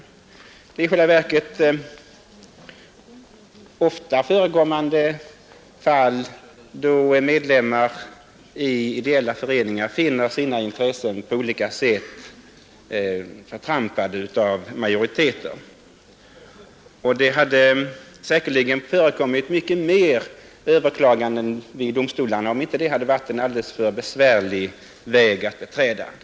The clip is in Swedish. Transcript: Det händer i själva verket ofta att medlemmar av ideella föreningar finner sina intressen på olika sätt förtrampade, och det hade säkerligen förekommit många fler överklaganden vid domstolarna, om det inte hade varit så besvärligt att beträda den vägen.